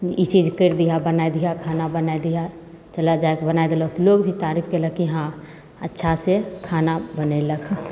ई चीज करि दिहऽ तनी बनाए दिहऽ खाना बनाए दिहऽ चलऽ जाके बना देलक लोग भी तारीफ कयलक कि हँ अच्छा से खाना बनेलक हँ